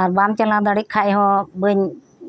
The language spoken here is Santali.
ᱟᱨ ᱵᱟᱢ ᱪᱟᱞᱟᱣ ᱫᱟᱲᱮᱭᱟᱜ ᱠᱷᱟᱱ ᱦᱚᱸ ᱵᱟᱹᱧ